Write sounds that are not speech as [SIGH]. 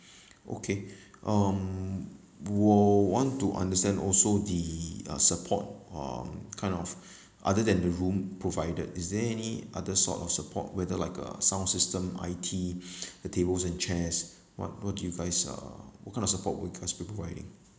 [BREATH] okay um we'll want to understand also the uh support um kind of [BREATH] other than the room provided is there any other sort of support whether like uh sound system I_T [BREATH] the tables and chairs what what device uh what kind of support will you guys be providing